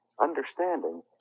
understanding